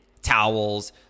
Towels